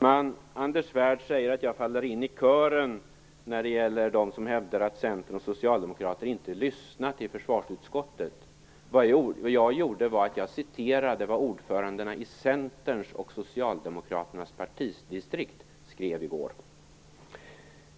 Herr talman! Anders Svärd säger att jag faller in i kören när det gäller de som hävdar att Centern och Socialdemokraterna inte lyssnat i försvarsutskottet. Vad jag gjorde var att jag citerade vad ordförandena i